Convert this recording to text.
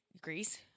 Greece